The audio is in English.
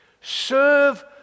Serve